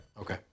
Okay